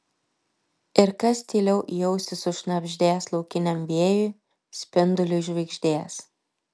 ir kas tyliau į ausį sušnabždės laukiniam vėjui spinduliui žvaigždės